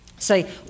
Say